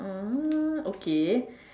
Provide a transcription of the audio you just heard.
orh okay